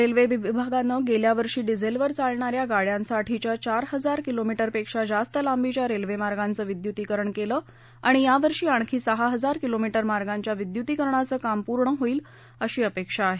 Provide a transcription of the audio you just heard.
railway विभागानं गेल्या वर्षी डिझेलवर चालणा या गाड्यांसाठीच्या चार हजार किलोमीटरपेक्षा जास्त लांबीच्या रेल्वेमार्गांचं विद्युतीकरण केलं आणि या वर्षी आणखी सहा हजार किलोमीटर मार्गांच्या विद्युतीकरणाचं काम पूर्ण होईल अशी अपेक्षा आहे